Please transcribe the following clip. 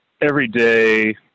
everyday